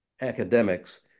academics